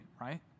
right